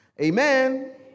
Amen